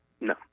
No